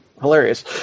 hilarious